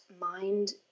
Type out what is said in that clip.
mind